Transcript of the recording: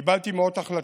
קיבלתי מאות החלטות.